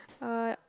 uh